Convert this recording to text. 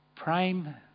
prime